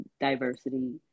diversity